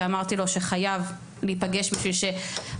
ואמרתי לו שהוא חייב להיפגש איתי,